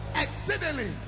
exceedingly